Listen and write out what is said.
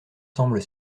semble